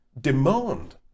demand